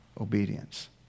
obedience